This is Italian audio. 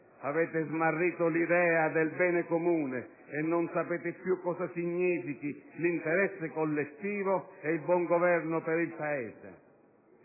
Avete smarrito l'idea del bene comune e non sapete più cosa significhi l'interesse collettivo e il buon governo per il Paese.